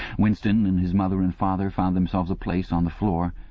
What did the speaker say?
winston and his mother and father found themselves a place on the floor,